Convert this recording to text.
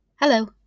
Hello